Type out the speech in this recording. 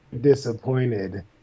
disappointed